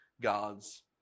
God's